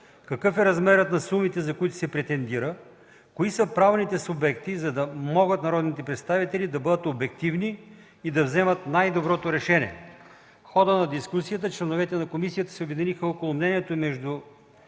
какъв е размерът на сумите, за които се претендира, кои са правните субекти, за да могат народните представители да бъдат обективни и да вземат най-доброто решение. В хода на дискусията членовете на комисията се обединиха около мнението между